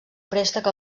préstec